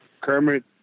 Kermit